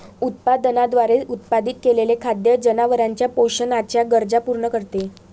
उत्पादनाद्वारे उत्पादित केलेले खाद्य जनावरांच्या पोषणाच्या गरजा पूर्ण करते